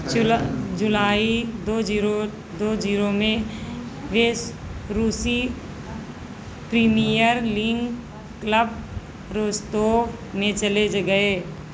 जुला जुलाई दो ज़ीरो दो ज़ीरो में वह रूसी प्रीमियर लिन्ग क्लब रोस्तोव में चले गए